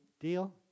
deal